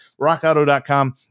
RockAuto.com